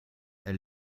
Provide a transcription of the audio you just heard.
elle